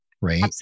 right